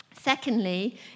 Secondly